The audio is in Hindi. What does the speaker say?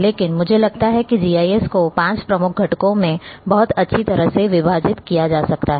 लेकिन मुझे लगता है कि जीआईएस को पांच प्रमुख घटकों में बहुत अच्छी तरह से विभाजित किया जा सकता है